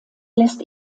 lässt